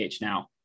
now